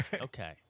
Okay